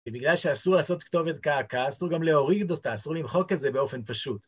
בגלל שאסור לעשות כתובת קעקע אסור גם להוריד אותה, אסור למחוק את זה באופן